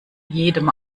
jedem